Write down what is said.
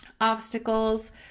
obstacles